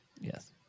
Yes